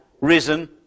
risen